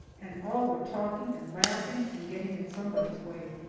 and all were talking and laughing and getting in somebody's way.